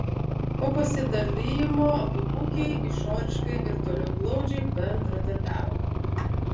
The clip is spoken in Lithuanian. po pasidalijimo abu ūkiai išoriškai ir toliau glaudžiai bendradarbiavo